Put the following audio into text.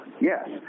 yes